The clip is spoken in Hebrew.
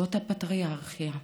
זאת הפטריארכיה.